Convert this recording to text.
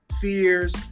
fears